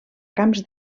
camps